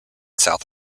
south